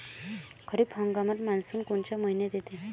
खरीप हंगामात मान्सून कोनच्या मइन्यात येते?